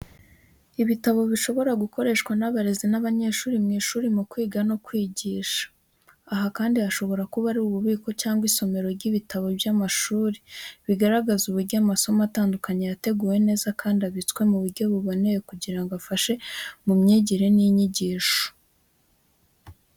Ibitabo bishobora gukoreshwa n’abarezi n’abanyeshuri mu ishuri mu kwiga no kwigisha. Aha kandi hashobora kuba ari ububiko cyangwa isomero ry’ibitabo by'amashuri, bigaragaza uburyo amasomo atandukanye yateguwe neza kandi abitswe mu buryo buboneye kugira ngo afashe mu myigire n’inyigisho.